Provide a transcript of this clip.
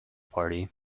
party